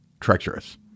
treacherous